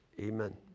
Amen